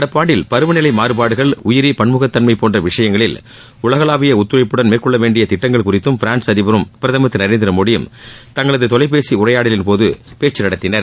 நடப்பு ஆண்டில் பருவநிலை மாறுபாடுகள் உயிரி பன்முகத்தன்மை போன்ற விஷயங்களில் உலகளாவிய ஒத்துழைப்புடன் மேற்கொள்ள வேண்டிய திட்டங்கள் குறித்தும் பிரான்ஸ் அதிபரும் பிரதமர் திரு நரேந்திர மோடியும் தங்களது தொலைபேசி உரையாடலின் போது பேச்சு நடத்தினர்